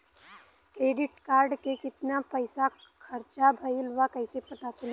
Credit card के कितना पइसा खर्चा भईल बा कैसे पता चली?